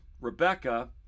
Rebecca